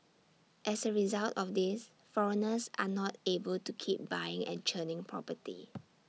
as A result of this foreigners are not able to keep buying and churning property